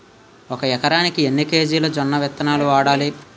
ఒక ఎకరానికి ఎన్ని కేజీలు జొన్నవిత్తనాలు వాడాలి?